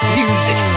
music